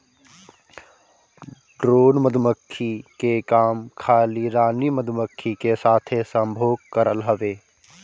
drone मधुमक्खी के काम खाली रानी मधुमक्खी के साथे संभोग करल हवे